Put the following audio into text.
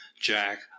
Jack